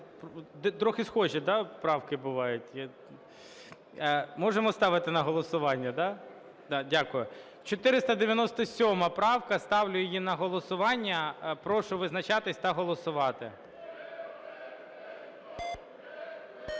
трохи схожі, да, правки бувають. Можемо ставити на голосування, да? Дякую. 497 правка, ставлю її на голосування. Прошу визначатись та голосувати.